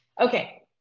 Okay